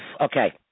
Okay